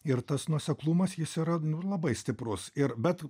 ir tas nuoseklumas jis yra labai stiprus ir bet